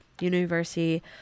University